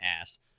ass